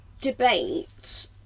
debate